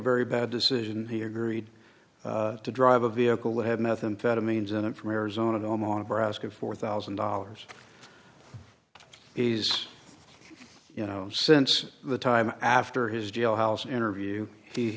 very bad decision he agreed to drive a vehicle that had methamphetamines in it from arizona home on of rask of four thousand dollars is you know since the time after his jailhouse interview he